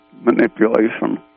manipulation